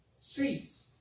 seats